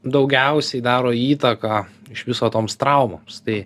daugiausiai daro įtaką iš viso toms traumoms tai